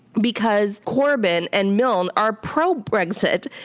because corbyn and milne are pro-brexit.